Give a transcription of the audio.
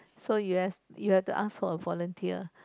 so you ask you have to ask for a volunteer